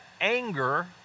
anger